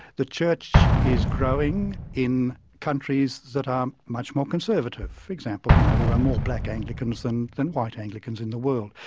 the church is growing in countries that are much more conservative. for example, you know, there are more black anglicans than than white anglicans in the world.